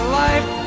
life